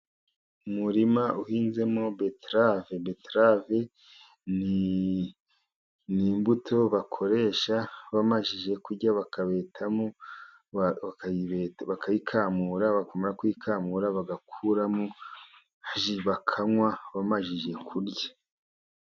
Umurima uhinzemo beterave. Beterave ni imbuto bakoresha bamaze kurya, bakabetamo, bakayikamura, bamara kuyikamura bagakuramo ji, bakanywa bamaze kurya.